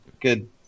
good